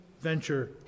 venture